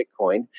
Bitcoin